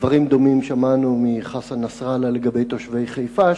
דברים דומים שמענו מחסן נסראללה לגבי תושבי חיפה,